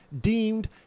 deemed